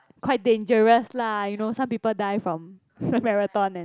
quite dangerous lah you know some people die from marathon and